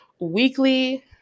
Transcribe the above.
weekly